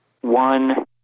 one